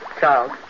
Charles